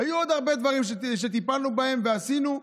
היו עוד הרבה דברים שטיפלנו בהם ועשינו,